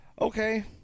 Okay